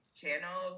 channel